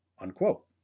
Unquote